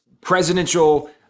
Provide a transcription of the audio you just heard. presidential